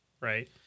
right